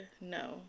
No